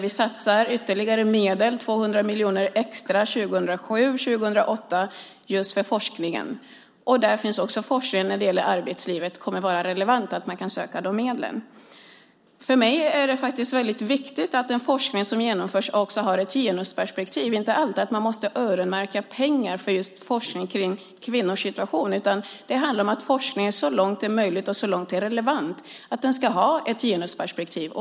Vi satsar ytterligare medel, 200 miljoner extra under 2007 och 2008, just för forskningen. Där finns också forskning om arbetslivet med. Det kommer att vara relevant så att man kan söka de medlen. För mig är det faktiskt väldigt viktigt att den forskning som genomförs också har ett genusperspektiv. Man måste inte alltid öronmärka pengar för just forskning kring kvinnors situation, utan det handlar om att forskningen, så långt det är möjligt och relevant, ska ha ett genusperspektiv.